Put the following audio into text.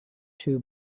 two